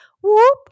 whoop